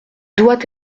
doit